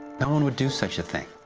no one would do such a thing!